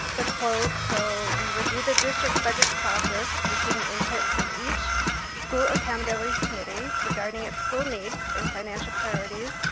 the quote. so we reviewed the district's budget process, receiving input from each school accountability committee regarding its school needs and financial priorities,